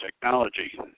technology